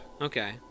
Okay